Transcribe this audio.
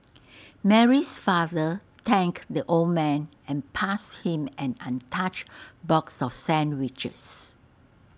Mary's father thanked the old man and passed him an untouched box of sandwiches